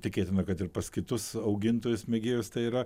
tikėtina kad ir pas kitus augintojus mėgėjus tai yra